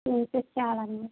تین سے چار آدمی